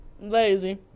lazy